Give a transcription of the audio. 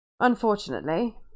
Unfortunately